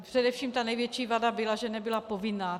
Především ta největší vada byla, že nebyla povinná.